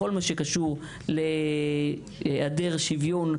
בכל מה שקשור בהיעדר שוויון,